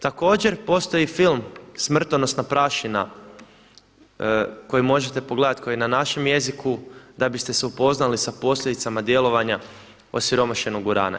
Također postoji film Smrtonosna prašina koji možete pogledati koji je na našem jeziku da biste se upoznali sa posljedicama djelovanja osiromašenog urana.